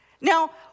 Now